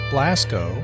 Blasco